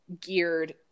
geared